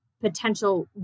potential